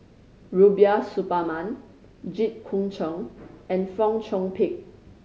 Rubiah Suparman Jit Koon Ch'ng and Fong Chong Pik